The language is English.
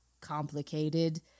complicated